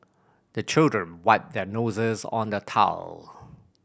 the children wipe their noses on the towel